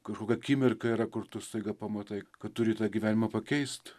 kažkokia akimirka yra kur tu staiga pamatai kad turi tą gyvenimą pakeist